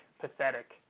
Pathetic